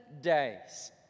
days